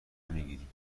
میگیریم